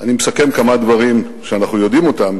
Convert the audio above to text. אני מסכם כמה דברים שאנחנו יודעים אותם